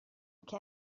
che